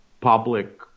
public